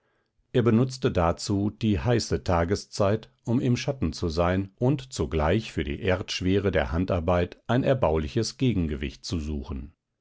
er benutzte dazu die heiße tageszeit um im schatten zu sein und zugleich für die erdschwere der handarbeit ein erbauliches gegengewicht zu suchen